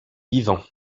vivants